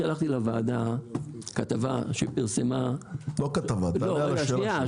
שלחתי לוועדה כתבה שפרסמה --- תענה על השאלה שלי.